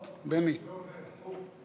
מימון מפלגות (תיקון, הלוואות ומימון),